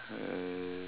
uh